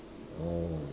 oh